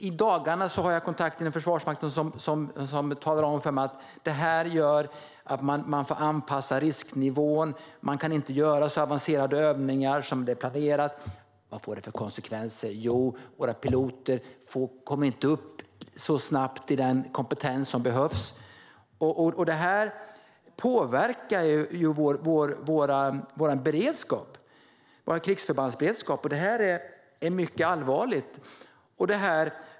I dagarna har jag haft kontakt med Försvarsmakten, och de har talat om för mig att det här gör att man får anpassa risknivån. Man kan inte göra så avancerade övningar som planerat. Vad får det då för konsekvenser? Jo, våra piloter kommer inte upp i den kompetens som behövs så snabbt. Detta påverkar vår krigsförbandsberedskap, och det är mycket allvarligt.